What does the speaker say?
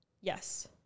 Yes